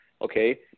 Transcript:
Okay